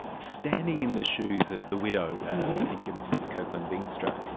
standing in the shoes of the widow, i think a mrs kirkland veenstra,